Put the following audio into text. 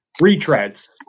retreads